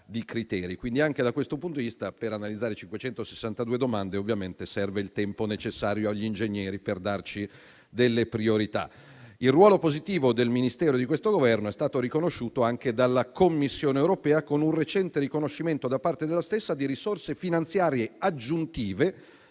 di criteri. Quindi, anche da questo punto di vista, per analizzare 562 domande serve il tempo necessario agli ingegneri per darci delle priorità. Il ruolo positivo del Ministero e di questo Governo è stato riconosciuto anche dalla Commissione europea, con un recente conferimento da parte della stessa di risorse finanziarie aggiuntive